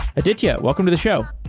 aditya, welcome to the show.